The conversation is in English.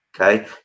okay